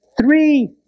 three